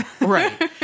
right